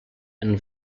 and